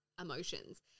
emotions